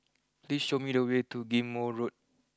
please show me the way to Ghim Moh Road